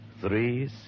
Three